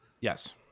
yes